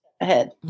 ahead